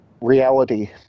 reality